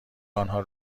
آنها